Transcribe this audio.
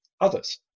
others